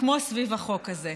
כמו סביב החוק הזה.